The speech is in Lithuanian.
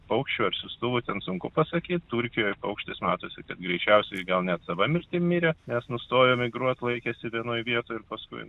paukščių ar siųstuvų ten sunku pasakyt turkijoj paukštis matosi kad greičiausiai gal net sava mirtim mirė nes nustojo migruot laikėsi vienoj vietoj ir paskui